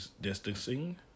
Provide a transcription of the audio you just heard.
distancing